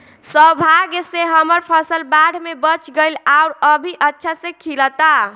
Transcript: सौभाग्य से हमर फसल बाढ़ में बच गइल आउर अभी अच्छा से खिलता